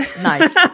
Nice